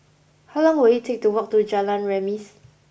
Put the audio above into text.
how long will it take to walk to Jalan Remis